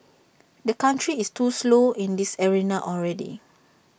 the country is too slow in this arena already